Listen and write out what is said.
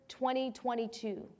2022